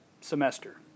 semester